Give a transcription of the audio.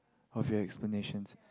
of your explanations